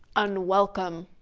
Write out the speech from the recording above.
unwelcome.